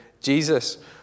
Jesus